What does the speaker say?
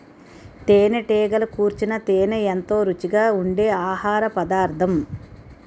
తేనెటీగలు కూర్చిన తేనే ఎంతో రుచిగా ఉండె ఆహారపదార్థం